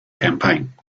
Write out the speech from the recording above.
campaign